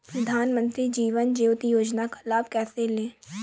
प्रधानमंत्री जीवन ज्योति योजना का लाभ कैसे लें?